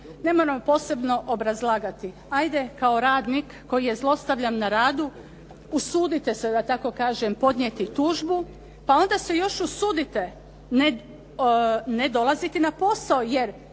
ne moramo posebno obrazlagati. Ajde kao radnik koji je zlostavljan na radu usudite se da tako kažem podnijeti tužbu, pa onda se još usudite ne dolaziti na posao jer